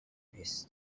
his